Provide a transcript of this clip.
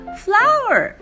flower